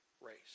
race